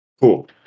Cool